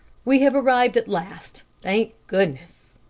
we have arrived at last, thank goodness.